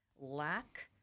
lack